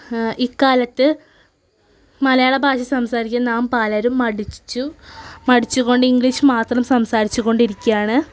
ഇക്കാലത്ത് മലയാളഭാഷ സംസാരിക്കുന്ന നാം പലരും മടിച്ചു മടിച്ചു കൊണ്ട് ഇംഗ്ലീഷ് മാത്രം സംസാരിച്ചുകൊണ്ടിരിക്കുകയാണ്